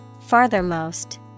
Farthermost